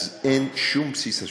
אז אין שום בסיס השוואה.